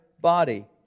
body